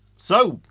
so,